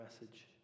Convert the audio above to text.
message